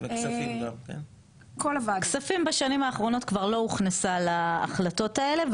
כספים בשנים האחרונות כבר לא הוכנסה להחלטות האלה,